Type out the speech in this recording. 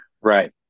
right